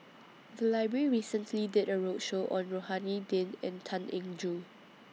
The Library recently did A roadshow on Rohani Din and Tan Eng Joo